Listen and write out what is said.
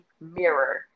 mirror